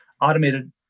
automated